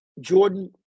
Jordan